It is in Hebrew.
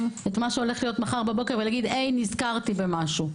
את מה שהולך להיות מחר בבוקר ולומר: נזכרתי במשהו.